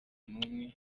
n’umwe